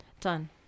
done